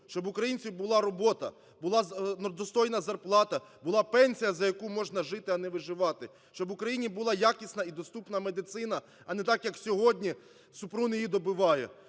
в українців була робота, була достойна зарплата, була пенсія, за яку можна жити, а не виживати, щоб у країні була якісна і доступна медицина, а не так, як сьогодні Супрун її добиває,